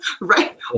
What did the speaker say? Right